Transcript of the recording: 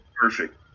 perfect